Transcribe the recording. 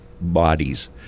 bodies